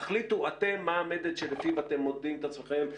תחליטו אתם מה המדד שלפיו אתם מודדים את עצמכם,